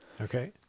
Okay